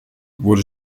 wurde